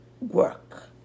work